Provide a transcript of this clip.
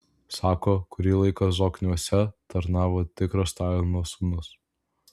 sako kurį laiką zokniuose tarnavo tikras stalino sūnus